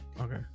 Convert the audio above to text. Okay